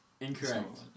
Incorrect